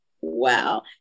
wow